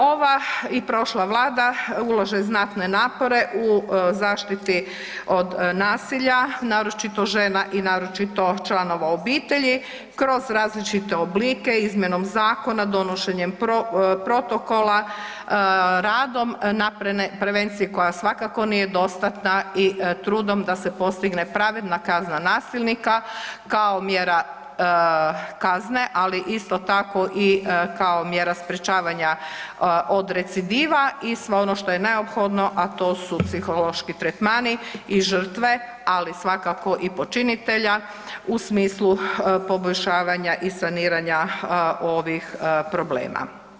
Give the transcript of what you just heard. Ova i prošla vlada ulaže znatne napore u zaštiti od nasilja, naročito žena i naročito članova obitelji kroz različite oblike, izmjenom zakona, donošenjem protokola, radom na prevenciji koja svakako nije dostatna i trudom da se postigne pravedna kazna nasilnika kao mjera kazne, ali isto tako i kao mjera sprječavanja od recidiva i sve ono što je neophodno, a to su psihološki tretmani i žrtve, ali svakako i počinitelja u smislu poboljšavanja i saniranja ovih problema.